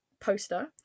poster